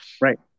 Right